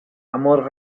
amor